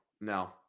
No